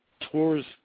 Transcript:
tours